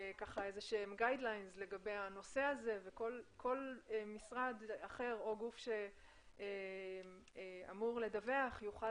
קווים מנחים לגבי הנושא וכל משרד או גוף שאמור לדווח יוכל